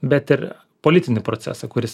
bet ir politinį procesą kuris